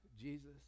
Jesus